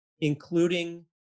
including